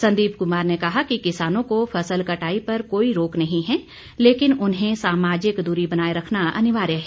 संदीप कुमार ने कहा कि किसानों को फसल कटाई पर कोई रोक नही है लेकिन उन्हें सामाजिक दूरी बनाए रखना अनिवार्य है